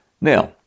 Now